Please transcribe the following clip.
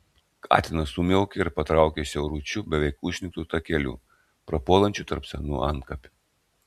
katinas sumiaukė ir patraukė siauručiu beveik užsnigtu takeliu prapuolančiu tarp senų antkapių